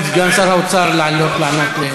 שעלתה היום על שולחנה של הכנסת,